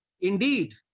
Indeed